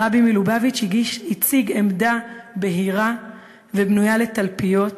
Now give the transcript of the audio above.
הרבי מלובביץ' הציג עמדה בהירה ובנויה לתלפיות